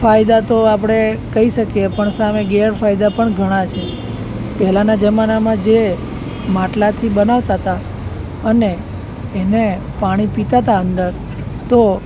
ફાયદા તો આપણે કહી શકીએ પણ સામે ગેરફાયદા પણ ઘણા છે પહેલાંના જમાનામાં જે માટલાંથી બનાવતા હતા અને એને પાણી પીતા હતા અંદર તો